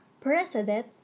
preceded